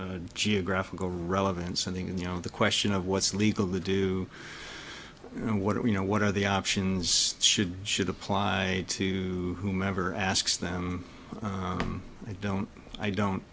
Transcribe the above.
as geographical relevance something you know the question of what's legal to do and what you know what are the options should be should apply to whomever asks them i don't i don't